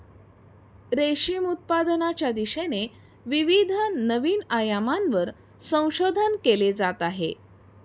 रेशीम उत्पादनाच्या दिशेने विविध नवीन आयामांवर संशोधन केले जात आहे